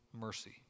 mercy